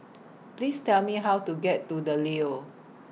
Please Tell Me How to get to The Leo